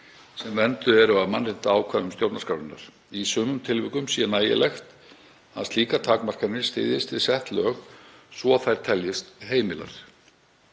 sem vernduð eru af mannréttindaákvæðum stjórnarskrárinnar. Í sumum tilvikum sé nægilegt að slíkar takmarkanir styðjist við sett lög svo þær teljist heimilar,